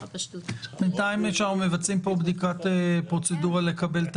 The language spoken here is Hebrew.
--- בינתיים כשאנחנו מבצעים פה בדיקת פרוצדורה לקבל את